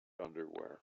underwear